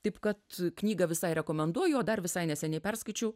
taip kad knygą visai rekomenduoju o dar visai neseniai perskaičiau